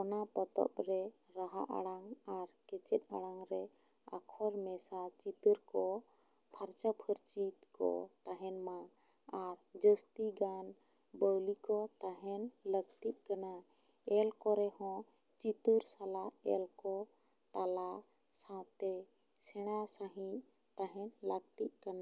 ᱚᱱᱟ ᱯᱚᱛᱚᱵ ᱨᱮ ᱨᱟᱦᱟ ᱟᱲᱟᱝ ᱟᱨ ᱠᱮᱪᱮᱫ ᱟᱲᱟᱝ ᱨᱮ ᱟᱠᱷᱚᱨ ᱢᱮᱥᱟ ᱪᱤᱛᱟᱹᱨ ᱠᱚ ᱯᱷᱟᱨᱪᱟ ᱯᱷᱟᱨᱪᱤ ᱠᱚ ᱛᱟᱦᱮᱱᱢᱟ ᱟᱨ ᱡᱟᱹᱥᱛᱤ ᱜᱟᱱ ᱰᱟᱹᱣᱞᱤ ᱠᱚ ᱛᱟᱦᱮᱱ ᱞᱟᱹᱜᱛᱤᱜ ᱠᱟᱱᱟ ᱮᱞ ᱠᱚ ᱨᱮᱦᱚᱸ ᱪᱤᱛᱟᱹᱨ ᱥᱟᱞᱟᱜ ᱮᱞ ᱠᱚ ᱛᱟᱞᱟ ᱥᱟᱶᱛᱮ ᱥᱮᱬᱟ ᱥᱟᱹᱦᱤᱡ ᱛᱟᱦᱮᱱ ᱞᱟᱹᱠᱛᱤᱜ ᱠᱟᱱᱟ